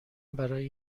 برای